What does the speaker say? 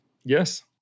Yes